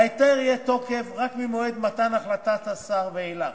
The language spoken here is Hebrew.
להיתר יהיה תוקף רק ממועד מתן החלטת השר ואילך.